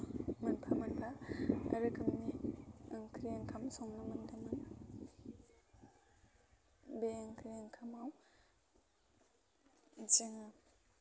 मोनफा मोनफा रोखोमनि ओंख्रि ओंखाम संनो मोन्दोंमोन बे ओंख्रि ओंखामाव जोङो